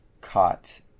caught